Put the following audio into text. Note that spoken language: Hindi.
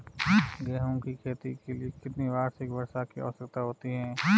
गेहूँ की खेती के लिए कितनी वार्षिक वर्षा की आवश्यकता होती है?